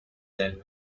than